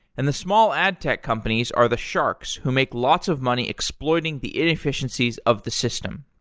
and the small ad tech companies are the sharks who make lots of money exploiting the inefficiencies of the system.